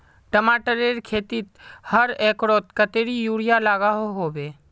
टमाटरेर खेतीत हर एकड़ोत कतेरी यूरिया लागोहो होबे?